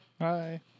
Hi